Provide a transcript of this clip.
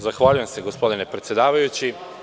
Zahvaljujem se gospodine predsedavajući.